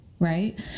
Right